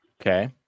Okay